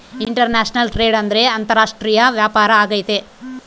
international trade ಅಂದ್ರೆ ಅಂತಾರಾಷ್ಟ್ರೀಯ ವ್ಯಾಪಾರ ಆಗೈತೆ